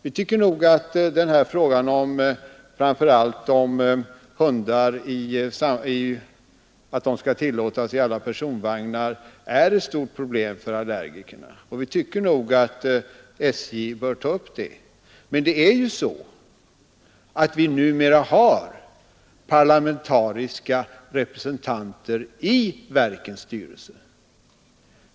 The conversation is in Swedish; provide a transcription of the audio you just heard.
Vi tycker att framför allt frågan om hundar skall tillåtas i alla personvagnar är ett stort problem för allergiker, och vi tycker att SJ bör ta upp det. Men numera finns det ju parlamentariker i verkens styrelser.